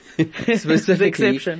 specifically